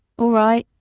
all right,